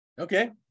Okay